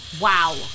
Wow